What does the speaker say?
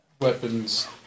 weapon's